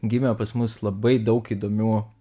gimė pas mus labai daug įdomių